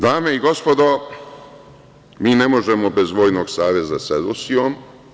Dame i gospodo, mi ne možemo bez vojnog saveza sa Rusijom.